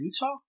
Utah